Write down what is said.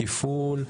תפעול,